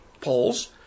polls